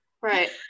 Right